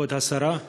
כבוד השרה,